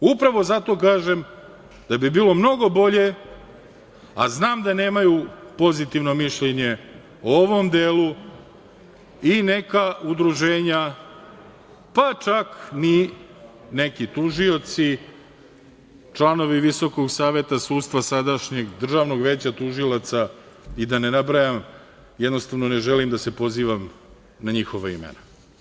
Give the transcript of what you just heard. Upravo zato kažem da bi bilo mnogo bolje, a znam da nemaju pozitivno mišljenje o ovom delu i neka udruženja, pa čak ni neki tužioci, članovi Visokog saveta sudstva, sadašnjeg Državnog veća tužilaca i da ne nabrajam, jednostavno ne želim da se pozivam na njihova imena.